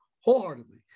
wholeheartedly